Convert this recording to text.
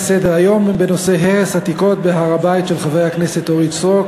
הצעות לסדר-היום של חברי הכנסת אורית סטרוק,